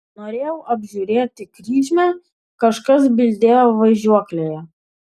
norėjau apžiūrėti kryžmę kažkas bildėjo važiuoklėje